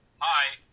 hi